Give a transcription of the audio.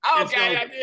Okay